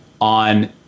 on